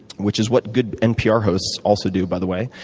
which is what good npr hosts also do, by the way.